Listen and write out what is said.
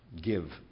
give